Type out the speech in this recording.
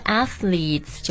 athletes